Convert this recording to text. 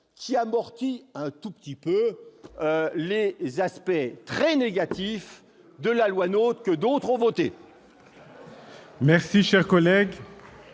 il amortit un tout petit peu les aspects très négatifs de la loi NOTRe, que d'autres ont votée